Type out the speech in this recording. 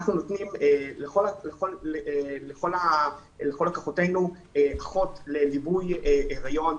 אנחנו נותנים לכל לקוחותינו אחות לליווי היריון.